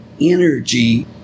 energy